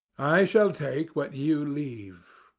i shall take what you leave.